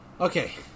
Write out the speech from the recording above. Okay